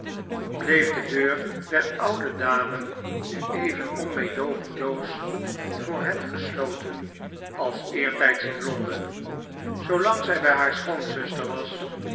bleef de deur der oude dame nu even onmeedoogenloos voor hen gesloten als eertijds in londen zoolang zij bij haar schoonzuster was